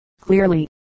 clearly